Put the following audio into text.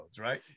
right